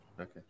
okay